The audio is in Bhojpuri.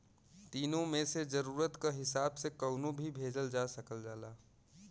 तीनो मे से जरुरत क हिसाब से कउनो भी भेजल जा सकल जाला